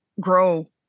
grow